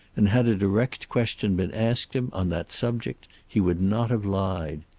and had a direct question been asked him on that subject he would not have lied.